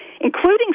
including